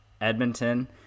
Edmonton